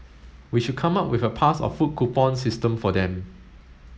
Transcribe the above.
we should come up with a pass or food coupon system for them